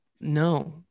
No